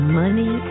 money